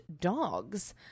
dogs